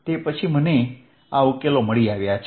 તે પછી મને આ ઉકેલો મળી આવ્યા છે